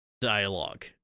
dialogue